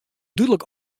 dúdlik